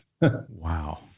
Wow